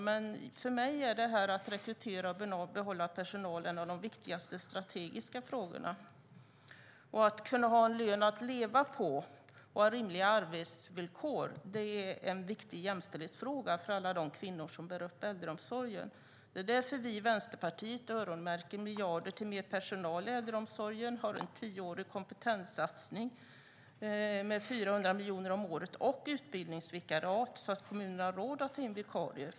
Men för mig är detta att rekrytera och behålla personal en av de viktigaste strategiska frågorna. Att ha en lön att leva på och rimliga arbetsvillkor är en viktig jämställdhetsfråga för alla de kvinnor som bär upp äldreomsorgen. Det är därför vi i Vänsterpartiet öronmärker miljarder till mer personal i äldreomsorgen, har en tioårig kompetenssatsning med 400 miljoner om året och utbildningsvikariat så att kommunerna har råd att ta in vikarier.